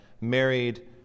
married